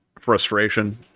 frustration